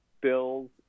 Bills